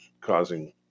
causing